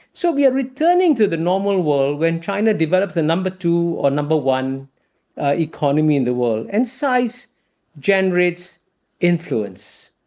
so, we were returning to the normal world when china develops a number two or number one economy in the world. and size generates influence.